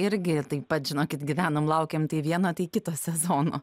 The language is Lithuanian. irgi taip pat žinokit gyvenom laukėm tai vieno tai kito sezono